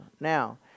Now